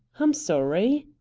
i'm sorry.